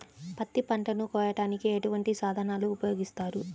పత్తి పంటను కోయటానికి ఎటువంటి సాధనలు ఉపయోగిస్తారు?